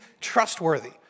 trustworthy